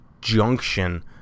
junction